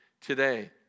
today